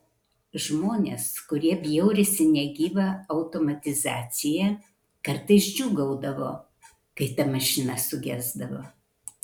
žmonės kurie bjaurisi negyva automatizacija kartais džiūgaudavo kai ta mašina sugesdavo